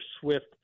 Swift